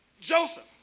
Joseph